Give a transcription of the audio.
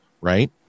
Right